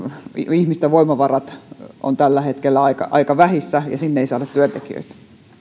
ihmisten voimavarat ovat tällä hetkellä aika aika vähissä ja sinne ei saada työntekijöitä